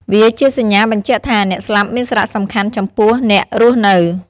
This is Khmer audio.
វាជាសញ្ញាបញ្ជាក់ថា អ្នកស្លាប់មានសារៈសំខាន់ចំពោះអ្នករស់នៅ។